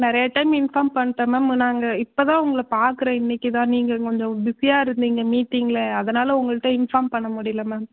நிறையா time inform பண்ணிட்டோம் ma'am நாங்கள் இப்போதான் உங்களை பார்க்குறேன் இன்றைக்கிதான் நீங்கள் கொஞ்சம் பிஸியாக இருந்தீங்க மீட்டிங்கில் அதனால் உங்கள்கிட்ட இன்ஃபார்ம் பண்ண முடியல மேம்